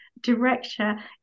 director